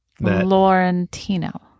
Laurentino